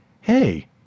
Hey